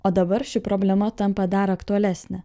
o dabar ši problema tampa dar aktualesnė